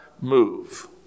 move